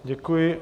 Děkuji.